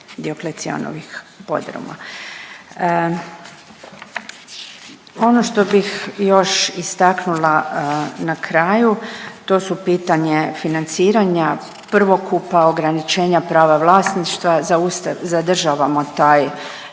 Dioklecijanovih podruma. Ono što bih još istaknula na kraju to su pitanje financiranja prvokupa, ograničenja prava vlasništva. Zadržavamo taj